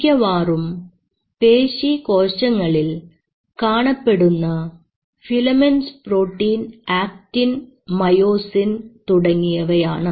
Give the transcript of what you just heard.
മിക്കവാറും പേശികോശങ്ങളിൽ കാണപ്പെടുന്ന ഫിലമെന്റസ് പ്രോട്ടീൻ ആക്ടിൻ മയോസിൻ തുടങ്ങിയവയാണ്